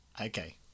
Okay